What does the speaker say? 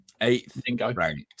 Eighth-ranked